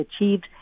achieved